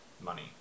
money